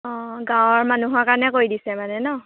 অঁ গাঁৱৰ মানুহৰ কাৰণে ক দিছে মানে ন